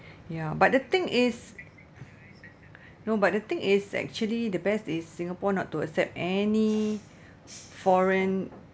ya but the thing is no but the thing is actually the best is singapore not to accept any foreign